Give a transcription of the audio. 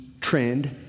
trend